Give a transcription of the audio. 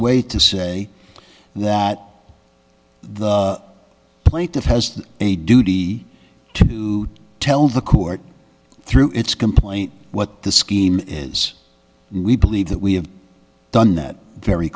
way to say that the plaintiff has a duty to tell the court through its complaint what the scheme is and we believe that we have done that very